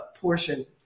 portion